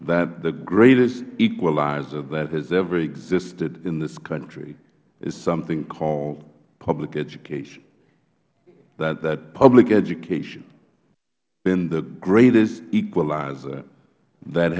that the greatest equalizer that has ever existed in this country is something called public education that public education is the greatest equalizer that